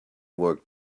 work